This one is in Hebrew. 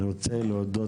אני מודה לכולכם.